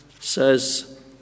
says